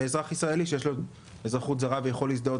לבין אזרח ישראלי שיש לו גם אזרחות זרה ויכול להזדהות